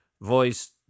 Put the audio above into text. voice